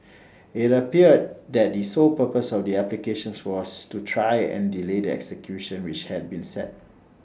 IT appeared that the sole purpose of the applications was to try and delay the execution which had been set